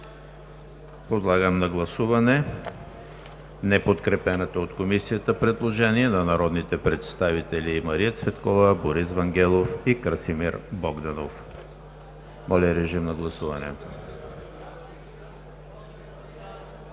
Подлагам на гласуване неподкрепеното от Комисията предложение на народните представители Мария Цветкова, Борис Вангелов и Красимир Богданов. Гласували